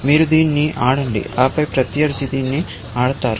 మీరు దీన్ని ఆడండి ఆపై ప్రత్యర్థి దీన్ని ఆడతారు